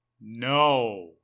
No